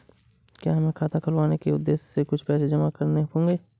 क्या हमें खाता खुलवाने के उद्देश्य से कुछ पैसे जमा करने होंगे?